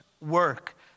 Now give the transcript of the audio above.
work